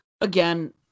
again